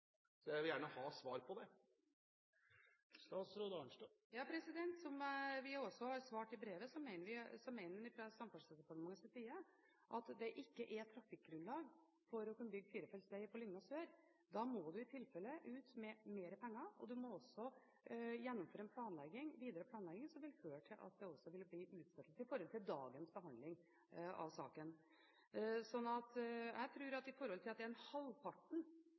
Så jeg vil gjerne ha svar på det. Som vi også har svart i brevet, mener vi fra Samferdselsdepartementets side at det ikke er trafikkgrunnlag for å kunne bygge firefelts veg på Lygna sør. Da må du i tilfelle ut med mer penger, og du må også gjennomføre en videre planlegging som vil føre til at det også vil bli utsettelse i forhold til dagens behandling av saken. Når årsdøgntrafikken på Lygna sør er halvparten av det som er på Lunner grense–Jaren, synes jeg faktisk det er forsvarlig at man velger en